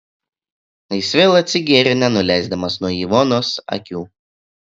jis vėl atsigėrė nenuleisdamas nuo ivonos akių